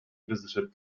visited